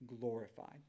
glorified